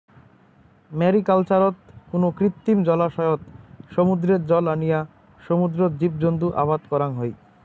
ম্যারিকালচারত কুনো কৃত্রিম জলাশয়ত সমুদ্রর জল আনিয়া সমুদ্রর জীবজন্তু আবাদ করাং হই